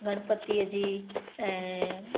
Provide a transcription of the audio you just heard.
गणपतीअ जी ऐं